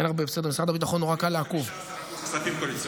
מאז אירוע הטרור הרצחני הזה תחת לחץ בלתי אפשרי.